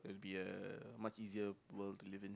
it'll be a much easier world to live in